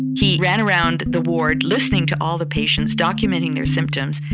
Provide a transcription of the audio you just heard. he ran around the ward listening to all the patients, documenting their symptoms,